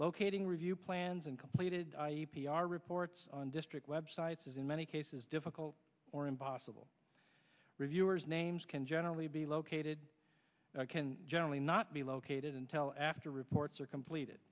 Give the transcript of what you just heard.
locating review plans and completed p r reports on district websites is in many cases difficult or impossible reviewers names can generally be located can generally not be located and tell after reports are completed